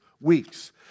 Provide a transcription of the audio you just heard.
weeks